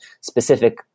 specific